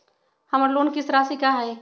हमर लोन किस्त राशि का हई?